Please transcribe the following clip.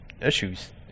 issues